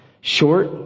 Short